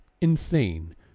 insane